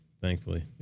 thankfully